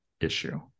issue